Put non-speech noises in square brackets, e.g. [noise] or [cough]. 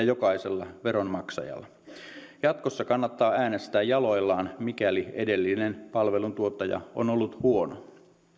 [unintelligible] jokaisella veronmaksajalla jatkossa kannattaa äänestää jaloillaan mikäli edellinen palveluntuottaja on ollut huono